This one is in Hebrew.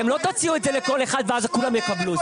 אתם לא תציעו את זה לכל אחד, ואז כולם יקבלו.